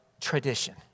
tradition